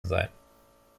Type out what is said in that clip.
sein